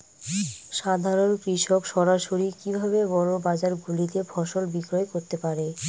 সাধারন কৃষক সরাসরি কি ভাবে বড় বাজার গুলিতে ফসল বিক্রয় করতে পারে?